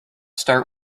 start